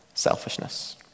selfishness